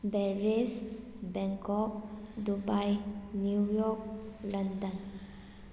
Paris Bangkok Dubai New York London